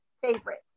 favorite